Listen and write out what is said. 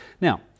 Now